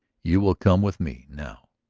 you will come with me, now.